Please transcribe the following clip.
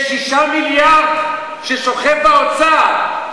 יש 6 מיליארד ששוכבים באוצר,